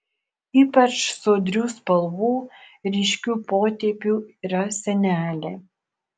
ypač sodrių spalvų ryškių potėpių yra senelė